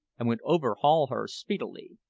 and would overhaul her speedily.